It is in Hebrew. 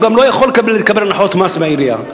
גם לא יכול לקבל הנחות מס מהעירייה.